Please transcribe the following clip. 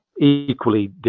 equally